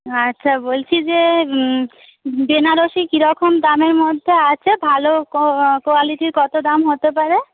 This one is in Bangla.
আচ্ছা বলছি যে বেনারসি কীরকম দামের মধ্যে আছে ভালো কোয়ালিটির কত দাম হতে পারে